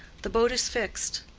the boat is fixed.